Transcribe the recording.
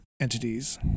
entities